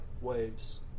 waves